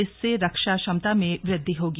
इससे रक्षा क्षमता में वृद्धि होगी